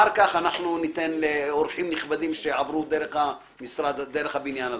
אחר כך ניתן לאורחים נכבדים שעברו דרך הבניין הזה.